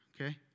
Okay